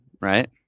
right